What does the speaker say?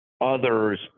others